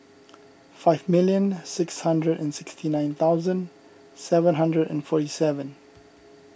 five million six hundred and sixty nine thousand seven thousand and forty seven